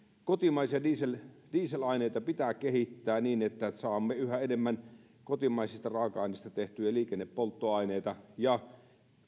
kotimaisia dieselaineita dieselaineita pitää kehittää niin että saamme yhä enemmän kotimaisista raaka aineista tehtyjä liikennepolttoaineita ja